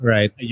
Right